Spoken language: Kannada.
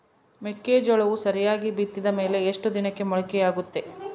ಮೆಕ್ಕೆಜೋಳವು ಸರಿಯಾಗಿ ಬಿತ್ತಿದ ಮೇಲೆ ಎಷ್ಟು ದಿನಕ್ಕೆ ಮೊಳಕೆಯಾಗುತ್ತೆ?